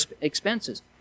expenses